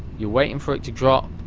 you're waiting for it to drop,